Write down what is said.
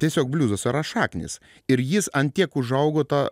tiesiog bliuzas yra šaknys ir jis ant tiek užaugo ta